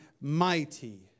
mighty